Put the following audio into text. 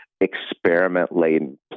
experiment-laden